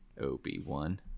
Obi-Wan